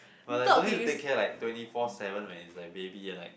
but like don't need to take care like twenty four seven man is like baby are like